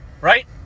Right